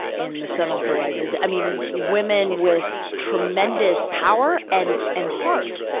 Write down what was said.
in the sun also rises. i mean, women with tremendous power and, and heart.